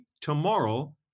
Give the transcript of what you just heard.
tomorrow